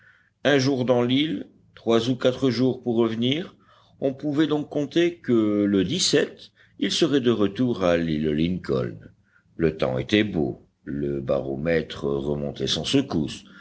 un jour dans l'île trois ou quatre jours pour revenir on pouvait donc compter que le ils seraient de retour à l'île lincoln le temps était beau le baromètre remontait sans secousses